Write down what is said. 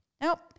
Nope